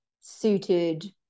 suited